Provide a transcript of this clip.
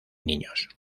niños